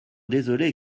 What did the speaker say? désolé